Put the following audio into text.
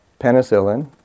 penicillin